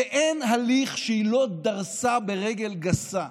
שאין הליך שהיא לא דרסה ברגל גסה,